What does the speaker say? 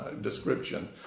description